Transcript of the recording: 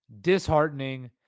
disheartening